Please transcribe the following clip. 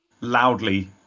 loudly